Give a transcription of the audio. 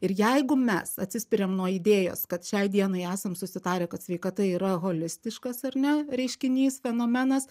ir jeigu mes atsispiriam nuo idėjos kad šiai dienai esam susitarę kad sveikata yra holistiškas ar ne reiškinys fenomenas